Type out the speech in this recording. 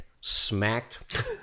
smacked